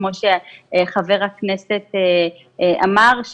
כמו שחבר הכנסת אמר,